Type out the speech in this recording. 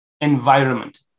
environment